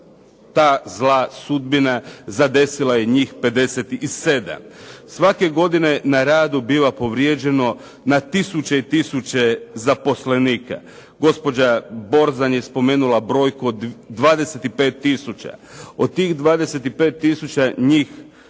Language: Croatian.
ta zla sudbina zadesila je njih 57. Svake godine na radu biva povrijeđeno na tisuće i tisuće zaposlenika. Gospođa Borzan je spomenula brojku od 25 tisuća. Od tih 25 tisuća njih